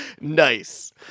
Nice